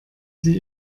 sie